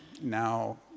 now